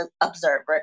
observer